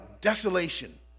desolation